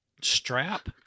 strap